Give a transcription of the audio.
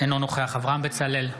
אינו נוכח אברהם בצלאל,